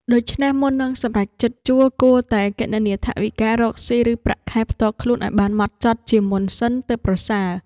ដូច្នេះមុននឹងសម្រេចចិត្តជួលគួរតែគណនាថវិការកស៊ីឬប្រាក់ខែផ្ទាល់ខ្លួនឱ្យបានហ្មត់ចត់ជាមុនសិនទើបប្រសើរ។